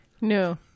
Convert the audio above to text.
no